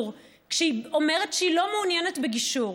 כשהיא אומרת שהיא לא מעוניינת בגישור,